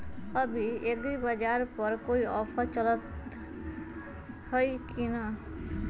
अभी एग्रीबाजार पर कोई ऑफर चलतई हई की न?